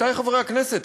עמיתי חברי הכנסת,